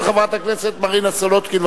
של חברת הכנסת מרינה סולודקין,